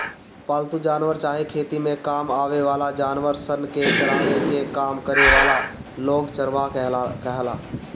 पालतू जानवर चाहे खेती में काम आवे वाला जानवर सन के चरावे के काम करे वाला लोग चरवाह कहाला